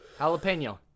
Jalapeno